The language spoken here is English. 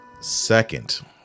Second